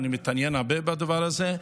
אני מתעניין הרבה בדבר הזה,